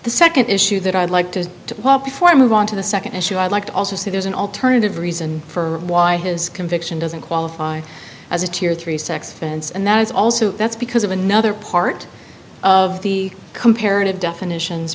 the second issue that i'd like to before i move on to the second issue i'd like to also see there's an alternative reason for why his conviction doesn't qualify as a tier three sex offense and that is also that's because of another part of the comparative definitions